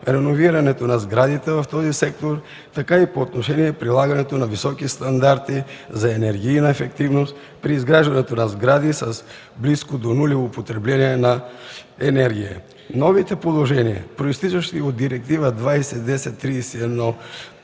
реновирането на сградите в този сектор, така и по отношение прилагането на високи стандарти за енергийна ефективност при изграждането на сгради с близко до нулево потребление на енергия. Новите положения, произтичащи от Директива 2010/31/ЕС